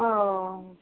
ओ